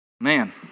Man